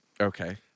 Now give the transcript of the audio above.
Okay